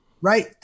Right